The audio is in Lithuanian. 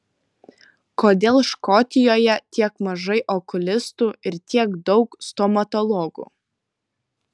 kodėl škotijoje tiek mažai okulistų ir tiek daug stomatologų